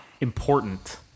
important